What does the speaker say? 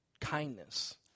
Kindness